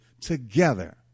together